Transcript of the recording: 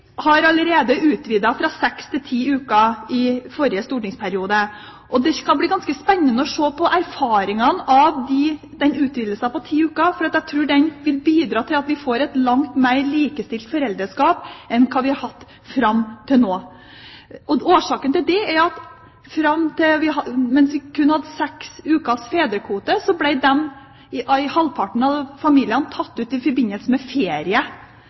har allerede utvidet, fra seks til ti uker i forrige stortingsperiode. Det skal bli ganske spennende å se på erfaringene fra utvidelsen til ti uker, for jeg tror at en slik utvidelse vil bidra til at vi får et langt mer likestilt foreldreskap enn det vi har hatt fram til nå. Årsaken til det er at mens vi kun har hatt seks ukers fedrekvote, er den av halvparten av familiene tatt ut i forbindelse med ferie.